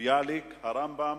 ביאליק, הרמב"ם,